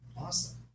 Awesome